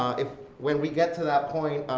um when we get to that point,